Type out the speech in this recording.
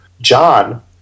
John